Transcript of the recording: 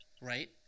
right